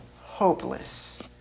hopeless